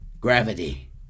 gravity